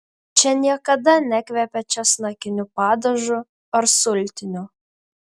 čia niekada nekvepia česnakiniu padažu ar sultiniu